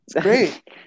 Great